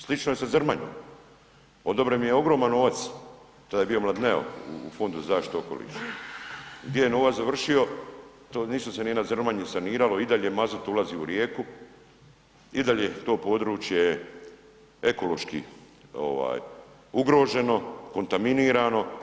Slično je sa Zrmanjom, odobren im je ogroman novac, tad je bio Mladineo u fondu za zaštitu okoliša, gdje ne novac završio, to ništa se nije na Zrmanji saniralo i dalje mazut ulazi u rijeku i dalje to područje ekološki ovaj ugroženo, kontaminirano.